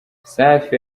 safi